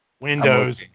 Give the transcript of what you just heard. Windows